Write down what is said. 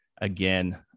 again